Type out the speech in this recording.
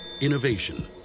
Innovation